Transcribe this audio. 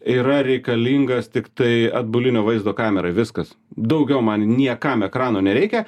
yra reikalingas tiktai atbulinio vaizdo kamerai viskas daugiau man niekam ekrano nereikia